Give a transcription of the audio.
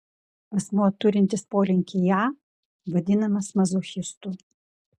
asmuo turintis polinkį į a vadinamas mazochistu